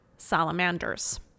salamanders